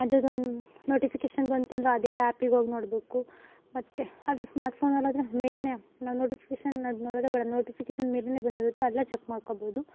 ಅದೊಂದು ನೋಟಿಫಿಕೇಶನ್ ಬಂತಂದರೆ ಅದೇ ಆ್ಯಪಿಗಿ ಹೋಗ್ ನೋಡ್ಬೇಕು ಮತ್ತು ಆದರೆ ಸ್ಮಾರ್ಟ್ ಫೋನಲ್ಲಾದರೆ ಮೇಲೆಯೇ ನಾವು ನೋಟಿಫಿಕೇಶನ್ ಅದು ನೋಡೋದೇ ಬೇಡ ನೋಟಿಫಿಕೇಶನ್ ಮೇಲೆಯೇ ಬಂದಿರುತ್ತೆ ಅಲ್ಲೇ ಚಕ್ ಮಾಡ್ಕೊಬೋದು